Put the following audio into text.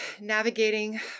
Navigating